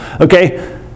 okay